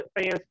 fans